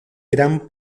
gran